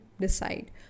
decide